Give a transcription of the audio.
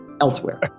Elsewhere